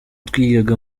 twigaga